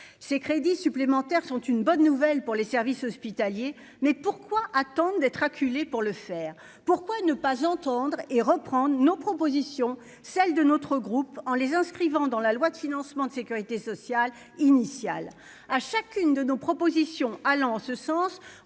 ces crédits supplémentaires sont une bonne nouvelle pour les services hospitaliers mais pourquoi attendent d'être acculé pour le faire, pourquoi ne pas entendre et reprendre nos propositions, celles de notre groupe en les inscrivant dans la loi de financement de sécurité sociale initial à chacune de nos propositions allant en ce sens,